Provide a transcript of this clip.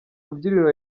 rubyiniro